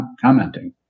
commenting